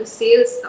sales